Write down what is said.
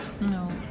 No